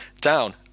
down